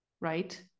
right